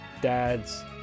dads